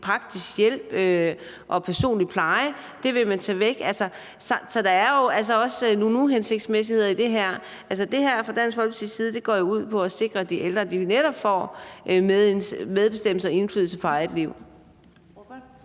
praktisk hjælp og personlig pleje. Det vil man tage væk. Så der er jo altså også nogle uhensigtsmæssigheder i det her. Det fra Dansk Folkepartis side går jo ud på at sikre, at de ældre netop får medbestemmelse og indflydelse på eget liv.